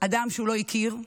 אדם שהוא לא הכיר,